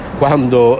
quando